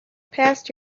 past